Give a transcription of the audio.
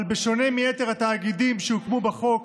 אבל בשונה מיתר התאגידים שהוקמו בחוק,